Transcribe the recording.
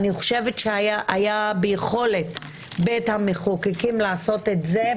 אני חושבת שהיה ביכולת בית המחוקקים לעשות את זה,